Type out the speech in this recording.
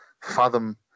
fathom